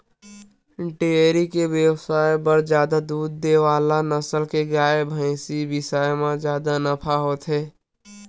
dairy के बेवसाय करे बर जादा दूद दे वाला नसल के गाय, भइसी बिसाए म जादा नफा होथे